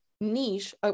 niche